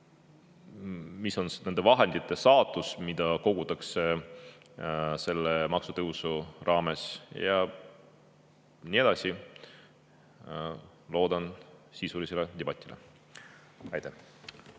mis on nende vahendite saatus, mida kogutakse selle maksutõusuga, ja nii edasi. Loodan sisulist debatti. Aitäh!